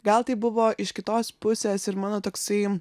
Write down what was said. gal tai buvo iš kitos pusės ir mano toksai